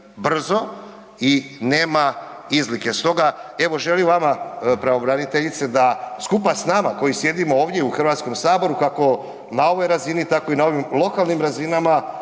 brzo i nema izlike. Stoga evo želim vama pravobraniteljice da skupa s nama koji sjedimo ovdje u HS kako na ovoj razini, tako i na onim lokalnim razinama